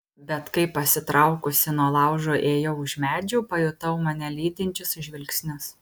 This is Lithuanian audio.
bet kai pasitraukusi nuo laužo ėjau už medžių pajutau mane lydinčius žvilgsnius